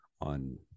on